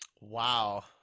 Wow